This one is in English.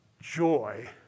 joy